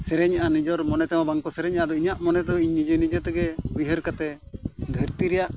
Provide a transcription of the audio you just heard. ᱥᱮᱨᱮᱧᱮᱫᱼᱟ ᱱᱤᱡᱮᱨ ᱢᱚᱱᱮ ᱛᱮᱦᱚᱸ ᱵᱟᱝ ᱠᱚ ᱥᱮᱨᱮᱧᱮᱫᱼᱟ ᱟᱫᱚ ᱤᱧᱟᱹᱜ ᱢᱚᱱᱮ ᱛᱮᱫᱚ ᱤᱧ ᱱᱤᱡᱮᱼᱱᱤᱡᱮ ᱛᱮᱜᱮ ᱩᱭᱦᱟᱹᱨ ᱠᱟᱛᱮᱫ ᱫᱷᱟᱹᱨᱛᱤ ᱨᱮᱭᱟᱜ